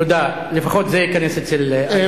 תודה, לפחות זה ייכנס אצל אייכלר.